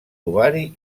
ovari